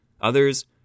others